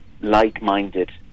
like-minded